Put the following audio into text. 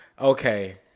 okay